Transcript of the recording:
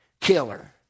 killer